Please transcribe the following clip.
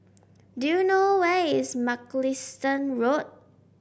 do you know where is Mugliston Road